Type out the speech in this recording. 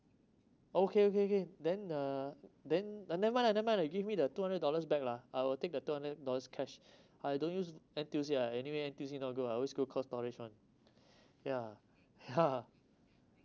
okay okay okay then uh then never mind lah never mind lah give me the two hundred dollars back lah I will take the two hundred dollars cash I don't use N_T_U_C ah anyway N_T_U_C not good ah I always go cold storage [one] yeah yeah